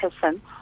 person